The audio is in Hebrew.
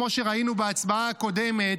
כמו שראינו בהצבעה הקודמת,